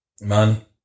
Man